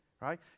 right